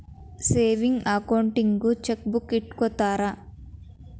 savings ಅಕೌಂಟಿಗೂ chequebook ಇಟ್ಟ್ಕೊತ್ತರ